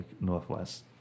northwest